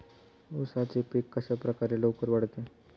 उसाचे पीक कशाप्रकारे लवकर वाढते?